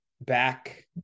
back